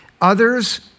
others